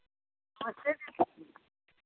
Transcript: नमस्ते दीदी